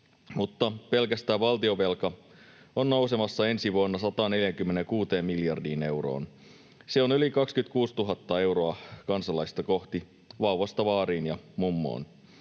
mutta pelkästään valtionvelka on nousemassa ensi vuonna 146 miljardiin euroon. Se on yli 26 000 euroa kansalaista kohti vauvasta vaariin ja mummoon.